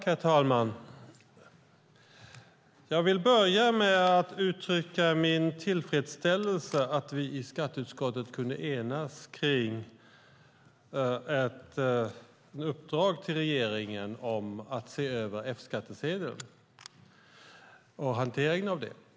Herr talman! Jag vill börja med att uttrycka min tillfredsställelse över att vi i skatteutskottet kunnat enas om uppdraget till regeringen att se över F-skattsedeln och hanteringen av den.